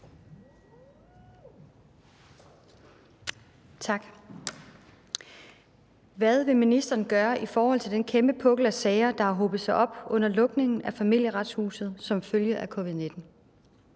Tak. Hvad vil ministeren gøre i forhold til den kæmpe pukkel af sager, der har hobet sig op under lukningen af Familieretshuset som følge af covid-19?